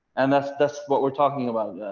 and that's, that's what we're talking about.